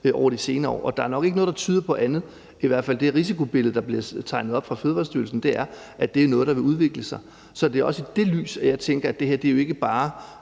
over de senere år. Der er nok ikke noget, der tyder på andet, for det risikobillede, der bliver tegnet op fra Fødevarestyrelsens side, er i hvert fald, at det er noget, der vil udvikle sig. Så det er også i det lys, jeg tænker det her ikke bare